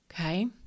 Okay